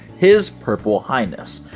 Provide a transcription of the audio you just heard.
his purple highness.